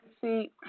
See